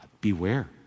Beware